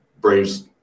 Braves